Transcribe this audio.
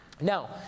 Now